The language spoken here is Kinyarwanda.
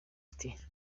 ati